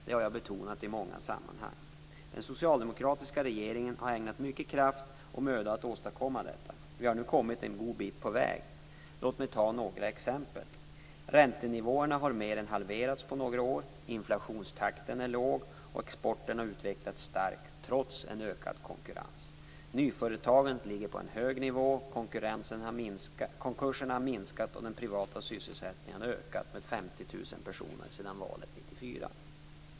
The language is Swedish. Det har jag betonat i många sammanhang. Den socialdemokratiska regeringen har ägnat mycken kraft och möda åt att åstadkomma detta. Vi har nu kommit en god bit på väg. Låt mig ta några exempel: Räntenivåerna har mer än halverats på några år, inflationstakten är låg och exporten har utvecklats starkt, trots en ökad konkurrens. Nyföretagandet ligger på en hög nivå, konkurserna har minskat och den privata sysselsättningen har ökat med ca 50 000 personer sedan valet 1994.